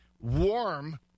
warm